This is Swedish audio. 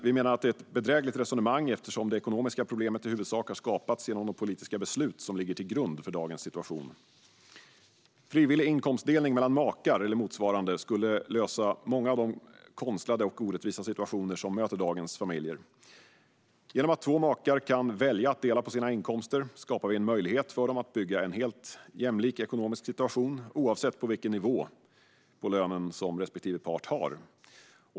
Vi menar att det är ett bedrägligt resonemang, eftersom det ekonomiska problemet i huvudsak har skapats genom de politiska beslut som ligger till grund för dagens situation. Frivillig inkomstdelning mellan makar eller motsvarande skulle lösa många av de konstlade och orättvisa situationer som möter dagens familjer. Genom att två makar kan välja att dela på sina inkomster skapar vi en möjlighet för dem att bygga en helt jämlik ekonomisk situation, oavsett vilken nivå på lön respektive part har.